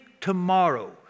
tomorrow